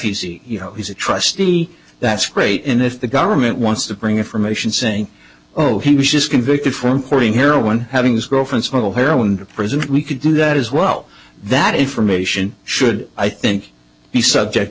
see you know he's a trustee that's great and if the government wants to bring information saying oh he was just convicted for importing here one having his girlfriend smuggle heroin to prison we could do that as well that information should i think be subject